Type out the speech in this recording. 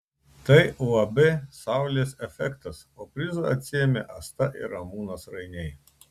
tai uab saulės efektas o prizą atsiėmė asta ir ramūnas rainiai